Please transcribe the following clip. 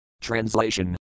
Translation